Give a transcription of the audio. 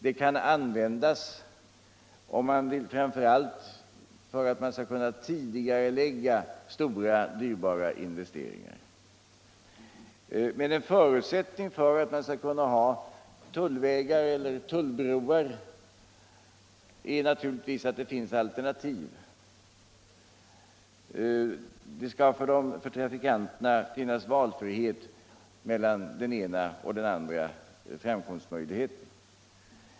Det kan användas framför allt för att kunna tidigarelägga stora dyrbara investeringar, men en förutsättning för att ha tullvägar eller tullbroar är naturligtvis att det finns alternativ. Det bör för trafikanterna finnas frihet att välja mellan den ena och andra framkomstmöjligheten.